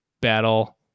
battle